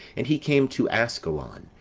and he came to ascalon,